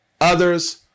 others